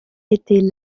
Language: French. étaient